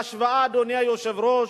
בהשוואה, אדוני היושב-ראש,